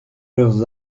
leurs